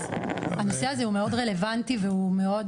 הנושא הזה הוא מאוד רלוונטי והוא מאוד